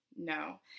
No